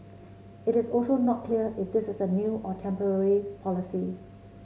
it is also not clear if this is a new or temporary policy